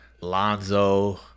Lonzo